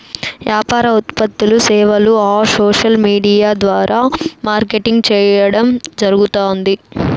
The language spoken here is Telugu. యాపార ఉత్పత్తులూ, సేవలూ ఆ సోసల్ విూడియా ద్వారా మార్కెటింగ్ చేయడం జరగుతాంది